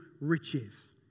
riches